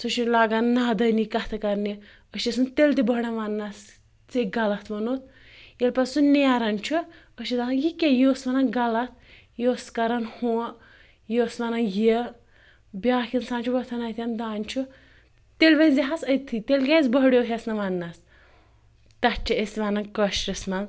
سُہ چھُ لاگان نادٲنی کَتھٕ کَرنہِ أسۍ چھِس نہٕ تیٚلہِ تہِ بٔہران وَننَس ژےٚ غلط ووٚنُتھ ییٚلہِ پَتہٕ سُہ نیران چھُ أسۍ چھِ دَپان یہِ کیٛاہ یہِ اوس وَنان غلط یہِ اوس کَران ہُہ یہِ اوس وَنان یہِ بیٛاکھ اِنسان چھُ وۄتھان اَتٮ۪ن دپان چھُ تیٚلہِ ؤنۍ زِہَس أتۍتھٕے تیٚلہِ کیٛازِ بٔہریوہَس نہٕ وَننَس تَتھ چھِ أسۍ وَنان کٲشرِس منٛز